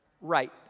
right